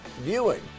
viewing